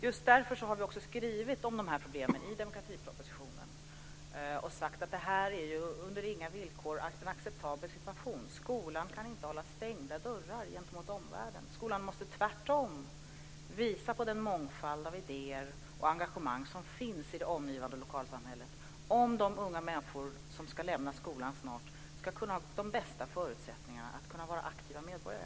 Just därför har vi skrivit om de här problemen i demokratipropositionen och sagt att det här inte under några villkor är en acceptabel situation. Skolan kan inte ha stängda dörrar gentemot omvärlden. Skolan måste tvärtom visa på den mångfald av idéer och engagemang som finns i det omgivande lokalsamhället om de unga människor som snart ska lämna skolan ska kunna ha de bästa förutsättningarna att vara aktiva medborgare.